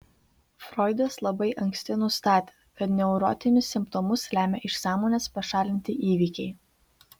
froidas labai anksti nustatė kad neurotinius simptomus lemia iš sąmonės pašalinti įvykiai